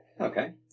Okay